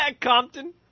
Compton